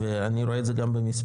ואני רואה את זה גם במספר,